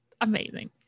Amazing